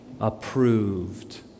approved